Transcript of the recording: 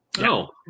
No